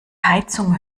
heizung